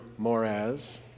Moraz